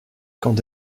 quand